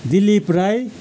Dilip Rai